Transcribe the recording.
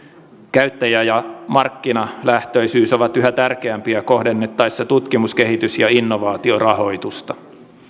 käyttäjä ja markkinalähtöisyys ovat yhä tärkeämpiä kohdennettaessa tutkimus kehitys ja innovaatiorahoitusta